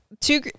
two